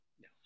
no